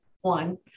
one